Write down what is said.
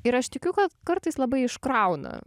ir aš tikiu kad kartais labai iškrauna